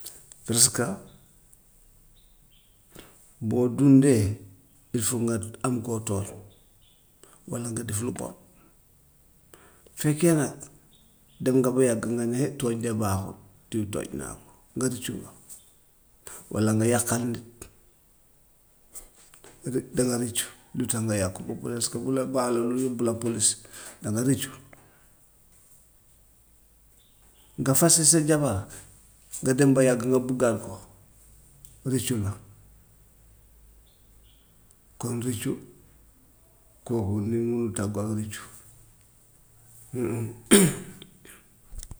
Parce que boo dundee il foog nga am koo tooñ walla nga def lu bon. Fekkee nag dem nga ba yàgg nga ne eh tooñ de baaxut diw tooñ naa ko, nga rëccu ko, walla nga yàqal nit nit danga rëccu lu tax nga yàq ko, presque bu la baalul yóbbu la pólis danga rëccu. Nga fase sa jabar nga dem ba yàgg nga buggaat ko rëccu la. Kon rëccu kooku munuñu tàggoo ak rëccu.